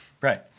right